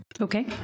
Okay